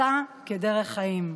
עשה כדרך חיים.